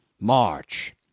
March